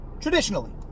Traditionally